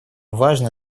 важно